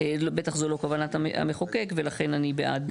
בטח זו לא כוונת המחוקק, ולכן אני בעד.